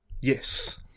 Yes